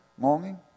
longing